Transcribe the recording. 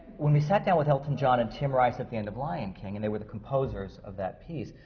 when we sat down with elton john and tim rice at the end of lion king, and they were the composers of that piece,